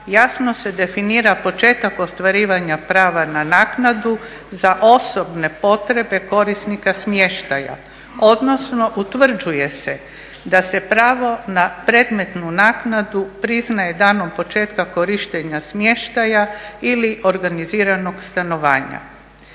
jasno se definira početak ostvarivanja prava na naknadu za osobne potrebe korisnika smještaja odnosno utvrđuje se da se pravo na predmetnu naknadu priznaje danom početka korištenja smještaja ili organiziranog stanovanja.